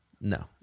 No